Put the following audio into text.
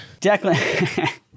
Declan